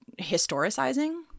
historicizing